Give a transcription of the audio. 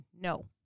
no